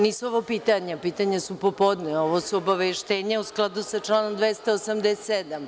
Nisu ovo pitanja, pitanja su popodne, ovu su obaveštenja u skladu sa članom 287.